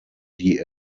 die